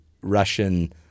Russian